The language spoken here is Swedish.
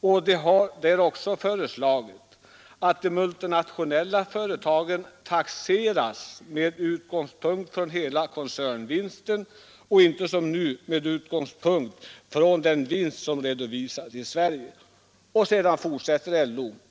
Man har också föreslagit att de multinationella företagen taxeras med utgångspunkt från hela koncernvinsten och inte som nu med utgångspunkt från den vinst som redovisas i Sverige.